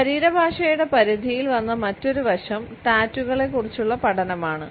ശരീരഭാഷയുടെ പരിധിയിൽ വന്ന മറ്റൊരു വശം ടാറ്റൂകളെക്കുറിച്ചുള്ള പഠനമാണ്